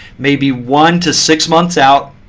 maybe one to six months out.